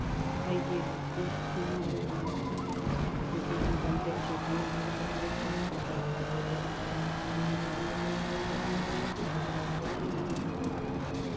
ꯑꯩꯒꯤ rupees two nine one ꯒꯤ income tax refund ꯑꯗꯨ ꯄ꯭ꯔꯣꯁꯦꯁ ꯇꯧꯈ꯭ꯔꯕ꯭ꯔꯥ ꯍꯥꯏꯕꯗꯨ ꯑꯩꯍꯥꯛ ꯈꯪꯅꯤꯡꯕꯅ ꯈꯧꯔꯥꯡꯂꯦ ꯅꯍꯥꯛꯅ ꯑꯞꯗꯦꯠ ꯑꯃ ꯄꯤꯕꯤꯕ ꯌꯥꯒꯗ꯭ꯔꯥ